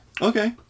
Okay